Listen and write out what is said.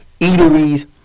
eateries